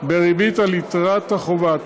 בריבית על יתרת החובה.